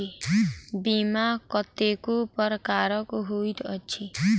बीमा कतेको प्रकारक होइत अछि